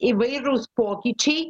įvairūs pokyčiai